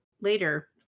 later